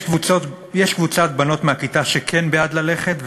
יש קבוצת בנות מהכיתה שכן בעד ללכת,